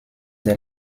der